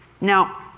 Now